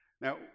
Now